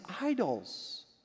idols